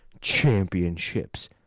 Championships